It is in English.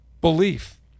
belief